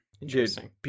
Interesting